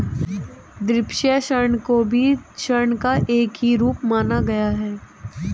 द्विपक्षीय ऋण को भी ऋण का ही एक रूप माना गया है